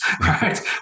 Right